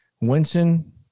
Winston